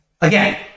again